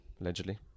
Allegedly